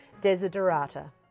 Desiderata